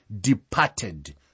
departed